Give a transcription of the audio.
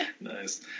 Nice